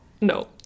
No